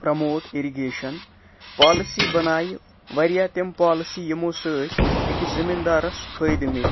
promote irrigation policy بَناوِ واریاہ تِم پوالسی یِمُو سۭتۍ أکِس زٔمیٖندارَس فٲیدٕ میلہِ